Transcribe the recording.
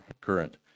current